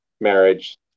marriage